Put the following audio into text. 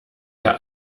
der